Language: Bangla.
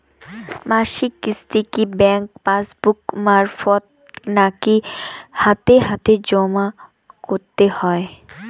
মাসিক কিস্তি কি ব্যাংক পাসবুক মারফত নাকি হাতে হাতেজম করতে হয়?